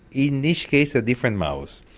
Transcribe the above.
in each case a different mouse.